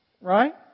Right